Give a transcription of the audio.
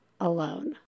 alone